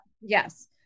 yes